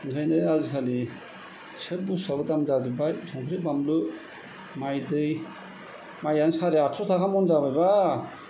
ओंखायनो आजिखालि सब बस्तुआनो दाम जाजोबबाय संख्रि बानलु माइ दै माइआनो सारे आतस' थाखा महन जाबायबा